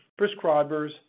prescribers